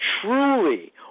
truly